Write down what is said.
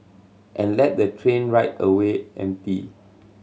and let the train ride away empty